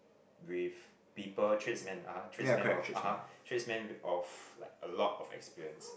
brief people tradesman (uh huh) tradesman of (uh huh) tradesman (uh huh) of like a lot of experience